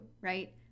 right